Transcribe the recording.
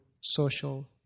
social